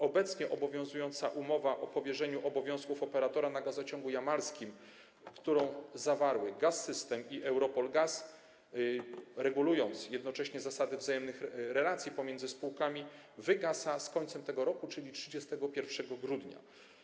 Obecnie obowiązująca umowa o powierzeniu obowiązków operatora gazociągu jamalskiego, którą zawarły Gaz-System i EuRoPol GAZ, regulująca jednocześnie zasady wzajemnych relacji pomiędzy spółkami, wygasa z końcem tego roku, czyli 31 grudnia.